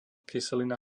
kyselina